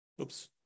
Oops